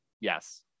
yes